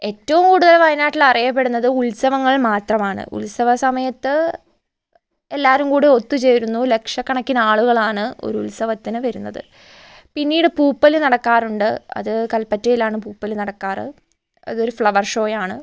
ഏറ്റവും കൂടുതൽ വയനാട്ടിൽ അറിയപ്പെടുന്നത് ഉത്സവങ്ങൾ മാത്രമാണ് ഉത്സവ സമയത്ത് എല്ലാരും കൂടി ഒത്തുചേരുന്നു ലക്ഷകണക്കിനാളുകളാണ് ഒരു ഉത്സവത്തിന് വരുന്നത് പിന്നീട് പൂപ്പൊലി നടക്കാറുണ്ട് അത് കൽപ്പറ്റയിലാണ് പൂപ്പൊലി നടക്കാറ് അതൊരു ഫ്ലവർ ഷോയാണ്